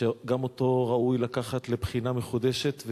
גם אותו ראוי לקחת לבחינה מחודשת,